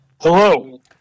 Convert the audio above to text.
Hello